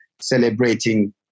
celebrating